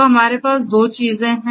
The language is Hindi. तो हमारे पास 2 चीजें हैं